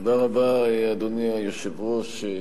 אדוני היושב-ראש,